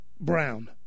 brown